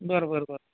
बरं बरं बरं